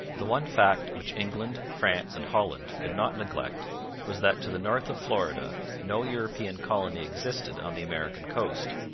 the one fact which england, france, and holland could not neglect was that to the north of florida no european colony existed on the american coast.